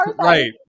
right